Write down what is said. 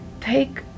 take